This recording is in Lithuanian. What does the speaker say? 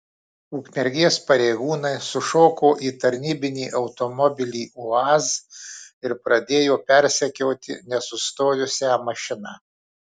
ukmergės pareigūnai sušoko į tarnybinį automobilį uaz ir pradėjo persekioti nesustojusią mašiną